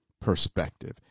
perspective